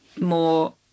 more